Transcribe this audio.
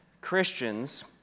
Christians